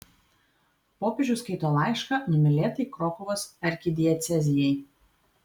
popiežius skaito laišką numylėtai krokuvos arkidiecezijai